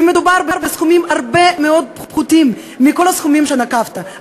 ומדובר בסכומים פחותים בהרבה מכל הסכומים שנקבת,